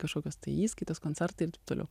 kažkokios tai įskaitos koncertai ir taip toliau